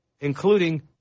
including